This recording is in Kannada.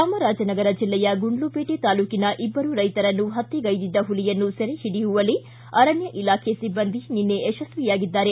ಚಾಮರಾಜನಗರ ಜಿಲ್ಲೆಯ ಗುಂಡ್ಲುಪೇಟೆ ತಾಲ್ಲೂಕಿನ ಇಬ್ಬರು ರೈತರನ್ನು ಹತ್ಯೆಗೈದಿದ್ದ ಹುಲಿಯನ್ನು ಸೆರೆಹಿಡಿಯುವಲ್ಲಿ ಅರಣ್ಯ ಇಲಾಖೆ ಸಿಬ್ಬಂದಿ ನಿನ್ನೆ ಭಾನುವಾರ ಯಶಸ್ವಿಯಾಗಿದ್ದಾರೆ